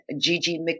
Gigi